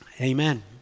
Amen